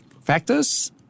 factors